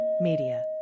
Media